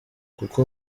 kuko